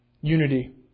Unity